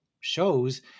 shows